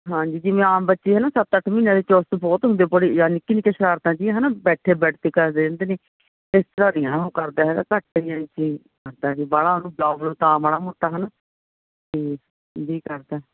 ਹਾਂਜੀ ਜਿਵੇਂ ਆਮ ਬੱਚੇ ਹੈ ਨਾ ਸੱਤ ਅੱਠ ਮਹੀਨਿਆਂ ਦੇ ਚੁਸਤ ਬਹੁਤ ਹੁੰਦੇ ਬੜੇ ਜਾਂ ਨਿੱਕੀ ਨਿੱਕੀ ਸ਼ਰਾਰਤਾਂ ਜਿਹੀਆਂ ਹੈ ਨਾ ਬੈਠੇ ਬੈਡ 'ਤੇ ਕਰਦੇ ਰਹਿੰਦੇ ਨੇ ਇਸ ਤਰ੍ਹਾਂ ਨਹੀਂ ਹੈ ਉਹ ਕਰਦਾ ਹੈਗਾ ਘੱਟ ਜਾਣੀ ਕਿ ਕਰਦਾ ਜੇ ਬਾਹਲਾ ਉਹਨੂੰ ਬੁਲਾਓ ਬਲੁਓ ਤਾਂ ਮਾੜਾ ਮੋਟਾ ਹੈ ਨਾ ਤੇ ਇਹ ਵੀ ਕਰਦਾ